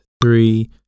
three